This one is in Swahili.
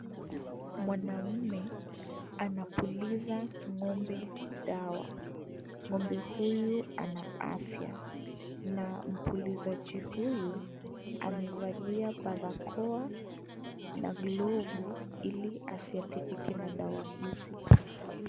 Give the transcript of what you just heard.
Mwanaume anapuliza ngombe dawa. Ngombe huyu ana afya na mpulizaji huyu amevalia barakoa na glovu iko asiadhirike na dawa hizi.